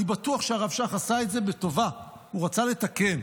אני בטוח שהרב שך עשה את זה לטובה, הוא רצה לתקן,